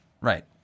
right